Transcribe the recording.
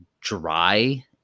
dry